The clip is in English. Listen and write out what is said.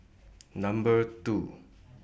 Number two